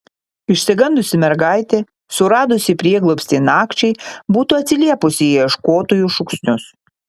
išsigandusi mergaitė suradusi prieglobstį nakčiai būtų atsiliepusi į ieškotojų šūksnius